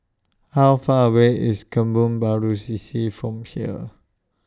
How Far away IS Kebun Baru C C from here